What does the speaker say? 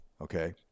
Okay